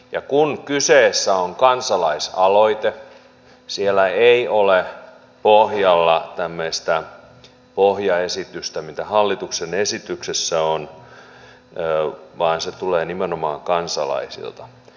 ja kun kyseessä on kansalaisaloite siellä ei ole pohjalla tämmöistä pohjaesitystä mitä hallituksen esityksessä on vaan se tulee nimenomaan kansalaisilta